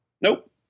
Nope